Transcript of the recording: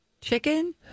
Chicken